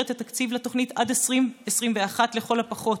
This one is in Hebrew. את התקציב לתוכנית עד 2021 לכל הפחות.